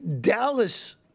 Dallas